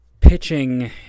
pitching